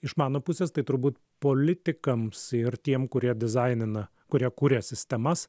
iš mano pusės tai turbūt politikams ir tiem kurie dizainina kurie kuria sistemas